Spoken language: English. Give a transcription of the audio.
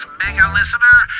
mega-listener